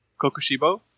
Kokushibo